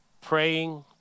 praying